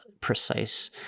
precise